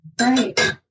Right